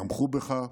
תמכו בך,